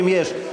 אם יש.